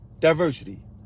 diversity